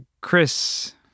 Chris